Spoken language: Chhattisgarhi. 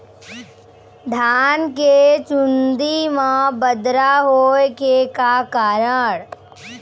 धान के चुन्दी मा बदरा होय के का कारण?